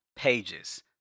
Pages